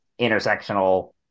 intersectional